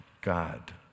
God